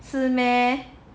是 meh